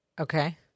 Okay